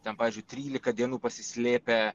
ten pavyzdžiui trylika dienų pasislėpę